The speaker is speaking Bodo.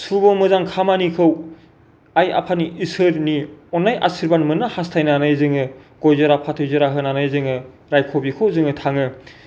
सुभ' मोजां खामानिखौ आय आफानि इसोरनि अन्नाय आसिरबाद मोननो हास्थायनानै जोङो गय जरा फाथै जरा होनानै जोङो रायख' बिख' जोङो थाङो